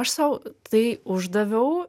aš sau tai uždaviau